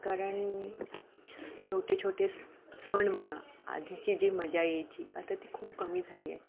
कारण छोटे छोटे स सण म्हणा आधीची जी मजा यायची आता ती खूप कमी झाली आहे